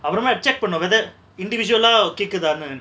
அபரமா:aparama check பன்னு:pannu whether individual lah கேகுதாணு:kekuthanu